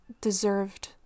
deserved